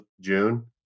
June